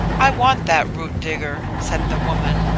i want that root digger, said the woman.